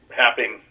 happening